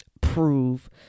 prove